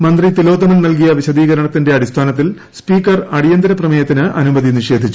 മന്ത്രി തിലോത്തമൻ നൽകിയ വിശദീകരണത്തിന്റെ അടിസ്ഥാനത്തിൽ സ്പീക്കർ അടിയന്തര പ്രമേയത്തിന് അനുമതി നിഷേധിച്ചു